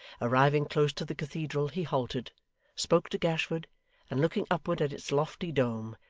arriving close to the cathedral, he halted spoke to gashford and looking upward at its lofty dome,